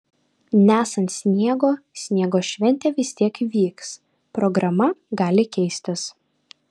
nesant sniego sniego šventė vis tiek vyks programa gali keistis